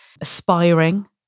aspiring